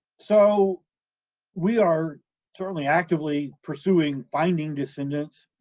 so we are certainly actively pursuing finding descendants.